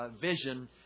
vision